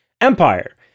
empire